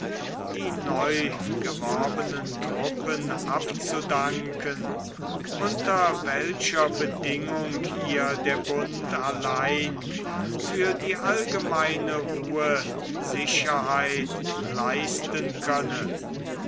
die neugeworbenen truppen abzudanken unter welcher bedingung ihr der bund allein für die allgemeine ruhe sicherheit leisten könne